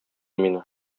мине